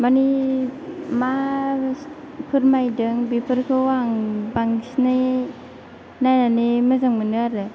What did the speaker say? मानि मा फोरमायदों बेफोरखौ आं बांसिनै नायनानै मोजां मोनो आरो